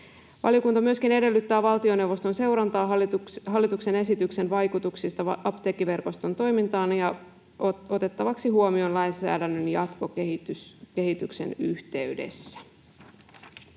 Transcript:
Valiokunta myöskin edellyttää valtioneuvoston seurantaa hallituksen esityksen vaikutuksista apteekkiverkoston toimintaan ja niiden huomioon ottamista lainsäädännön jatkokehityksen yhteydessä.